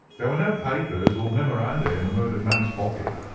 there were no papers or memoranda in the murdered man's pocket,